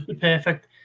perfect